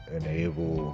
enable